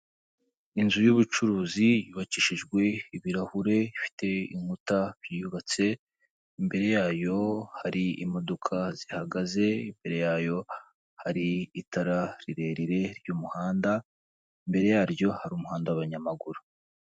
Inzu y'ubucuruzi yubakishijwe ibirahure bifite inkuta biyubatse, imbere yayo hari imodoka zihagaze imbere yayo hari itara rirerire ry'umuhanda, imbere yaryo hari umuhanda w'abanyamaguru.